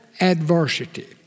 adversity